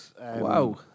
wow